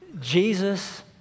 Jesus